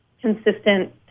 consistent